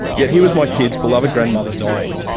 yet here was my kids' beloved grandmother dying,